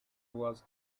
was